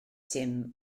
dim